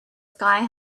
sky